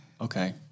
Okay